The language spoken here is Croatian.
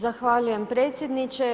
Zahvaljujem predsjedniče.